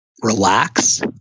relax